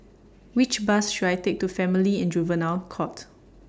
Which Bus should I Take to Family and Juvenile Court